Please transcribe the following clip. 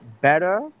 better